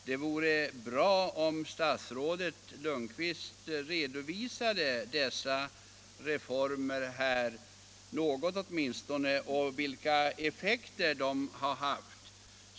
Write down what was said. Det vore bra om statsrådet Lundkvist åtminstone i någon mån redovisade dem här och vilka effekter de har haft.